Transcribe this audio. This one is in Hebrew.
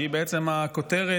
שהיא בעצם הכותרת